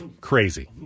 Crazy